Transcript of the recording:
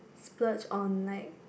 splurge on like